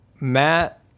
Matt